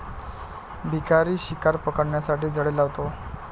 शिकारी शिकार पकडण्यासाठी जाळे लावतो